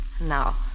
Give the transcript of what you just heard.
Now